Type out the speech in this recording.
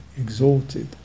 Exalted